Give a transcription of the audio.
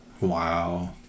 Wow